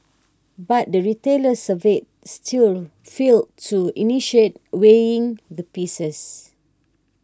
but the retailers surveyed still failed to initiate weighing the pieces